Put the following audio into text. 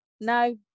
no